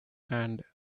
hand